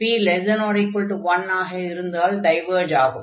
p≤1 ஆக இருந்தால் டைவர்ஜ் ஆகும்